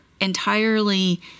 entirely